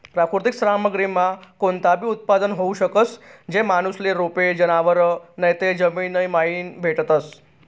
प्राकृतिक सामग्रीमा कोणताबी उत्पादन होऊ शकस, जे माणूसले रोपे, जनावरं नैते जमीनमाईन भेटतस